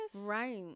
Right